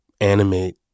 animate